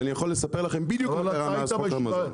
ואני יכול לספר לכם בדיוק מה קרה מאז חוק המזון.